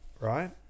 right